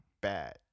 Bad